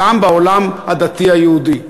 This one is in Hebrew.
גם בעולם הדתי היהודי.